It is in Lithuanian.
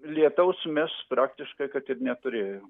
lietaus mes praktiškai kad tik neturėjom